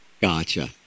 Gotcha